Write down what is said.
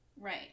right